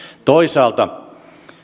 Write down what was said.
toisaalta